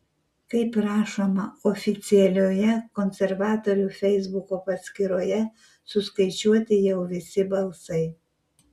kaip rašoma oficialioje konservatorių feisbuko paskyroje suskaičiuoti jau visi balsai